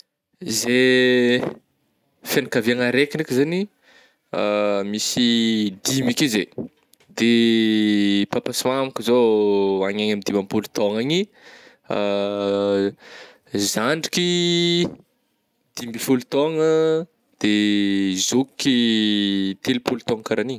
Zahay fiankaviagna araiky ndraiky zegny misy dimy akeo zey de papa sy mamako zô agny amin'ny dimapolo tôgna agny zandriky dimy amby folo tôgna de zokiky telopolo tôgna ka raha an'igny.